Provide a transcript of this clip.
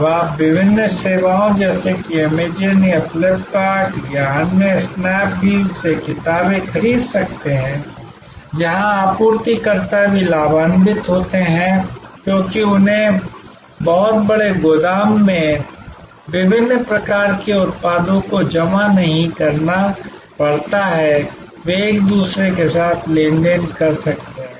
अब आप विभिन्न सेवाओं जैसे कि अमेज़ॅन या फ्लिपकार्ट या अन्य स्नैप डील से किताबें खरीद सकते हैं जहाँ आपूर्तिकर्ता भी लाभान्वित होते हैं क्योंकि उन्हें बहुत बड़े गोदाम में विभिन्न प्रकार के उत्पादों को जमा नहीं करना पड़ता है वे एक दूसरे के साथ लेन देन कर सकते हैं